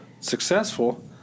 successful